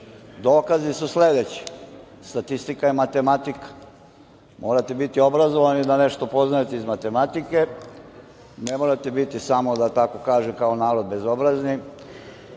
Dokazi su sledeći. Statistika je matematika. Morate biti obrazovani da nešto poznajete iz matematike, ne morate biti samo, da tako kažem, kao narod, bezobrazni.